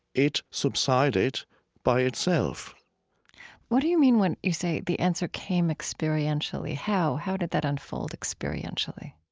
it subsided by itself what do you mean when you say the answer came experientially? how? how did that unfold experientially?